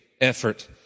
effort